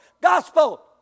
gospel